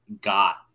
got